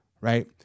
Right